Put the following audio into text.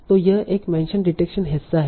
तो यह एक मेंशन डिटेक्शन हिस्सा है